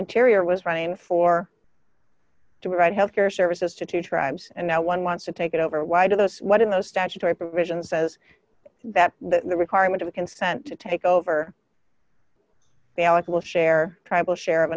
interior was running for to run health care services to two tribes and no one wants to take it over why do those what in the statutory provision says that the requirement of consent to take over ballots will share tribal share of